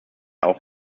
auch